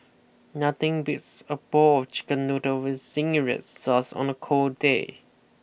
nothing beats a bowl of chicken noodles with zingy red sauce on a cold day